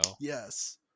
yes